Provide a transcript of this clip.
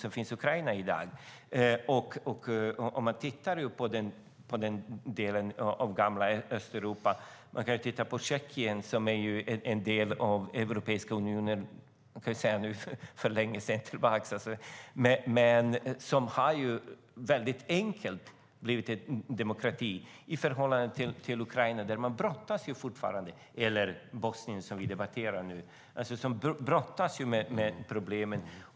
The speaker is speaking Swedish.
Tjeckien är ju ett land som väldigt enkelt har blivit en demokrati och sedan länge är en del av Europeiska unionen, medan Ukraina eller Bosnien, som vi ju debatterar nu, är länder som fortfarande brottas med problem.